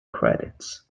credits